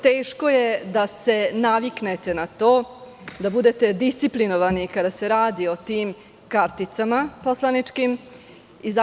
Teško je da se naviknete na to da budete disciplinovani kada se radi o tim poslaničkim karticama.